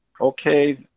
okay